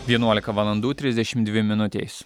vienuolika valandų trisdešimt dvi minutės